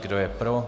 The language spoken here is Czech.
Kdo je pro?